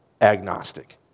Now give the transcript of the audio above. agnostic